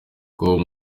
com